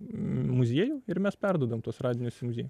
muziejų ir mes perduodam tuos radinius į muziejų